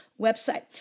website